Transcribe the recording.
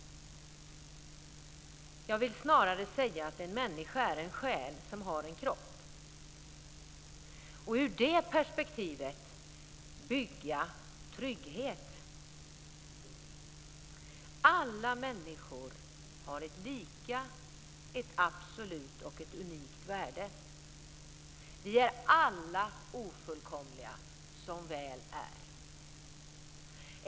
Jag vill snarare säga att en människa är en själ som har en kropp och ur det perspektivet bygga trygghet. Alla människor har ett lika, ett absolut och ett unikt värde. Vi är alla ofullkomliga som väl är.